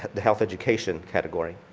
the health education category.